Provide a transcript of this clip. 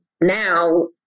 now